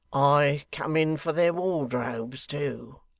i come in for their wardrobes too.